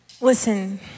Listen